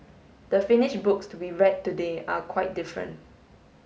the finished books we read today are quite different